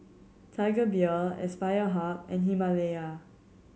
Tiger Beer Aspire Hub and Himalaya